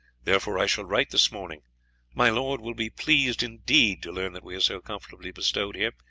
therefore i shall write this morning my lord will be pleased indeed to learn that we are so comfortably bestowed here,